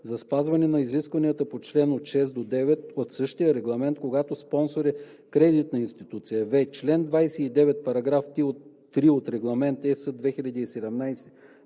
за спазване на изискванията на чл. 6 – 9 от същия регламент, когато спонсор е кредитна институция; в) член 29, параграф 3 от Регламент (ЕС) 2017/2402